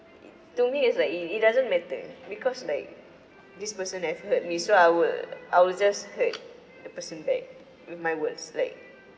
it to me is like it it doesn't matter because like this person have hurt me so I will I will just hurt the person back with my words like